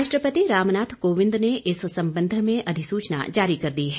राष्ट्रपति रामनाथ कोविंद ने इस संबंध में अधिसूचना जारी कर दी है